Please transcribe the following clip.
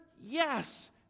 yes